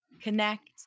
connect